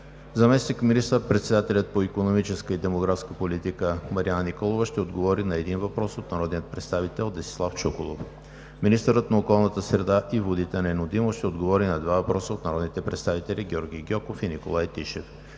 Заместник министър-председателят по икономическата и демографската политика Марияна Николова ще отговори на един въпрос от народния представител Десислав Чуколов. 3. Министърът на околната среда и водите Нено Димов ще отговори на два въпроса от народните представители Георги Гьоков и Николай Тишев.